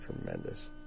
Tremendous